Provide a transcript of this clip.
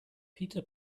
peter